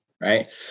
right